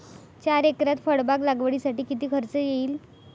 चार एकरात फळबाग लागवडीसाठी किती खर्च येईल?